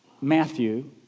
Matthew